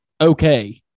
okay